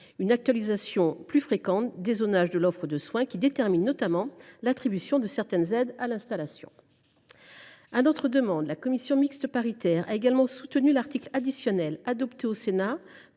une actualisation plus fréquente des zonages de l’offre de soins, qui déterminent notamment l’attribution de certaines aides à l’installation. À notre demande, la commission mixte paritaire a également soutenu l’article additionnel adopté au Sénat